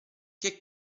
che